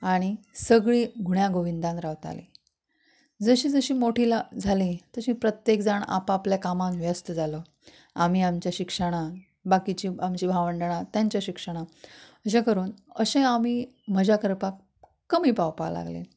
आनी सगळीं गुण्या गोविंदान रावताली जशी जशी मोठी ला जाली तशी प्रत्येक जाण आपापल्या कामांत व्यस्त जालो आमी आमच्या शिक्षणान बाकीची आमची भावंडणां ताचे शिक्षणान अशे करून अशे आमी मजा करपाक कमी पावपा लागले